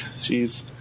Jeez